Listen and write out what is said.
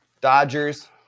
Dodgers